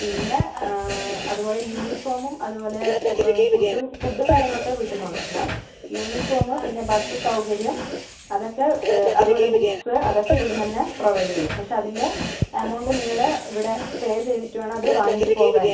പിന്നെ അതുപോലെ യൂണീഫോമും അതുപോലെ ഫുഡ്ഡും ഫുഡ്ഡും കാര്യങ്ങളൊക്കെ വീട്ട്ന്ന് കൊണ്ടുവരണം യൂണീഫോമ് പിന്നെ ബസ്സ് സൗകര്യം അതൊക്കെ അതുപോലെ ബുക്ക്സ് അതൊക്കെ ഇവിടുന്നന്നെ പ്രൊവൈഡ് ചെയ്യും പക്ഷേ അതിൻ്റെ അമൗണ്ട് നിങ്ങൾ ഇവിടെ പേ ചെയ്തിട്ട് വേണം അത് വാങ്ങീട്ട് പോകാൻ